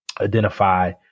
identify